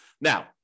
Now